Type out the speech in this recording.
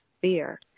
fear